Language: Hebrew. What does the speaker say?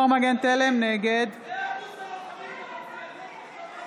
נגד אמילי חיה מואטי, נגד פטין